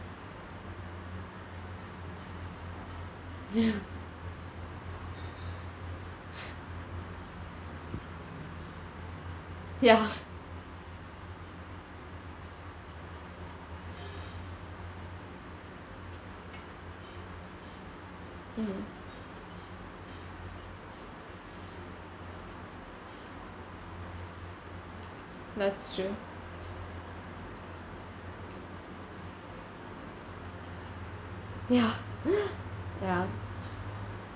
ya mm that's true ya ya